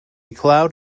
cloud